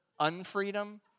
unfreedom